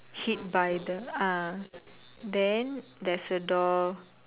hid by the ah then there's a door